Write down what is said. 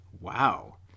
Wow